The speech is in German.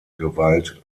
gewalt